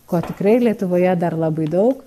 ko tikrai lietuvoje dar labai daug